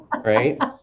Right